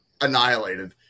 annihilated